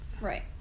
right